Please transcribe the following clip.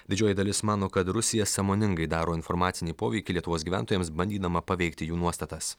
didžioji dalis mano kad rusija sąmoningai daro informacinį poveikį lietuvos gyventojams bandydama paveikti jų nuostatas